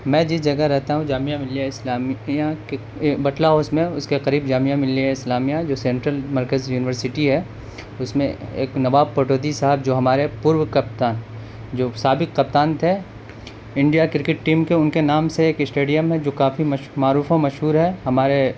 میں جس جگہ رہتا ہوں جامعہ ملیہ اسلامیہ کے بٹلہ ہاؤس میں اس کے قریب جامعہ ملیہ اسلامیہ ہے جو سینٹرل مرکزی یونیورسٹی ہے اس میں ایک نواب پٹودی صاحب جو ہمارے پورو کپتان جو سابق کپتان تھے انڈیا کرکٹ ٹیم کے ان کے نام سے ایک اسٹیڈیم ہے جو کافی معروف و مشہور ہے ہمارے